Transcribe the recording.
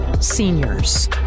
seniors